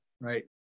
right